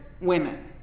women